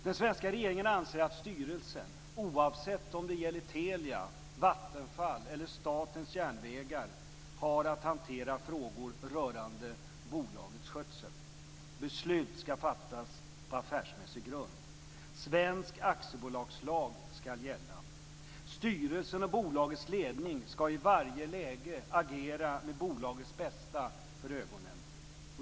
Den svenska regeringen anser att styrelsen, oavsett om det gäller Telia, Vattenfall eller Statens Järnvägar, har att hantera frågor rörande bolagets skötsel. Beslut ska fattas på affärsmässig grund. Svensk aktiebolagslag ska gälla. Styrelsen och bolagets ledning ska i varje läge agera med bolagets bästa för ögonen.